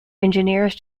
engineers